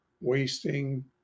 wasting